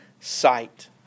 sight